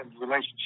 relationship